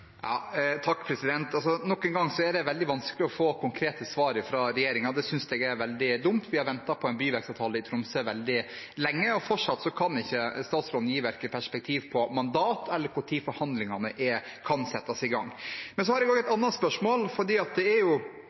Nok en gang er det veldig vanskelig å få konkrete svar fra regjeringen. Det synes jeg er veldig dumt. Vi har ventet på en byvekstavtale i Tromsø veldig lenge, og fortsatt kan ikke statsråden gi perspektiv på verken mandat eller når forhandlingene kan settes i gang. Men så har jeg også et annet spørsmål. Det er satt av 10 mrd. kr i NTP for disse fem byene, og Sandra Borch og Senterpartiet, som er